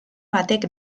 batek